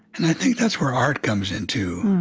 and i think that's where art comes in too.